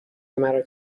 مرا